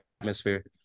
atmosphere